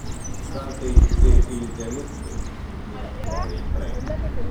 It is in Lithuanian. kartais ir iliuzionistai ugnies šou meistrai